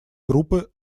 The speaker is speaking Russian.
группы